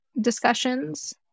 discussions